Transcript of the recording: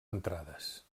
entrades